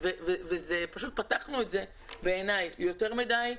פשוט פתחנו את זה יותר מדי,